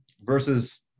versus